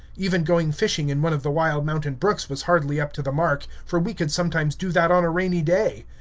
even going fishing in one of the wild mountain brooks was hardly up to the mark, for we could sometimes do that on a rainy day.